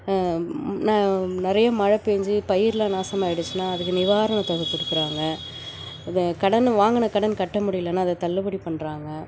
ந நிறைய மழை பெஞ்சி பயிரெலாம் நாசமாயிடுச்சுன்னா அதுக்கு நிவாரண தொகை கொடுக்கறாங்க த கடன்னு வாங்கின கடன் கட்ட முடியலைன்னா அதை தள்ளுபடி பண்ணுறாங்க